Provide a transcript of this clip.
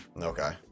Okay